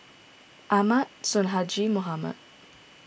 Ahmad Sonhadji Mohamad